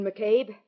McCabe